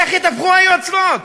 איך התהפכו היוצרות?